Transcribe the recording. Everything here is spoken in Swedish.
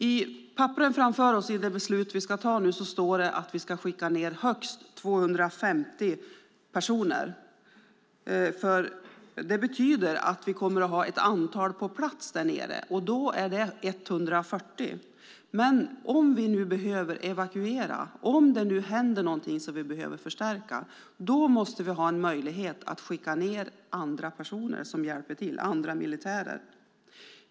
I de papper vi har framför oss med det beslut vi nu ska fatta står det att vi ska skicka ned högst 250 personer. Det betyder att vi kommer att ha ett antal på plats där nere, och det är då 140. Men om vi behöver evakuera, om det händer någonting så att vi behöver förstärka, måste vi ha en möjlighet att skicka ned andra militärer som hjälper till.